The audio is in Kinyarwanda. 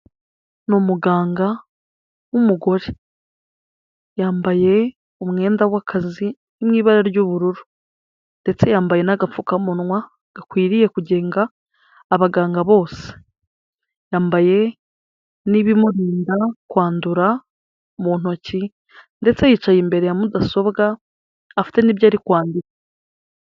Ni umuganga w'umugore, yambaye umwenda w'akazi mu ibara ry'ubururu ndetse yambaye n'agafukamunwa gakwiriye kugenga abaganga bose, yambaye n'ibimurinda kwandura mu ntoki ndetse yicaye imbere ya mudasobwa, afite n'ibyo ari kwandika.